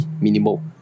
minimal